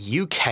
UK